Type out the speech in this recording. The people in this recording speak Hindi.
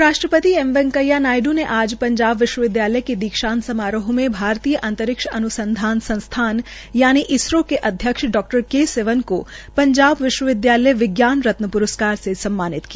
उप राष्ट्रपति एम वैकेंया नायड़ ने आज पंजाब विश्व विदयालय के दीक्षांत समारोह में भारतीय अंतरिक्ष अन्संधान संस्थान यानि इसरो के अध्यक्ष डा के सिवन को पंजाब विश्वविद्यालय विज्ञान रत्न प्रस्कार से सम्मानित किया